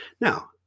Now